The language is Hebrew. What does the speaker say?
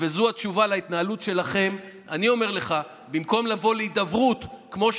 ואני אומר לך דבר אחד,